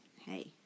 hey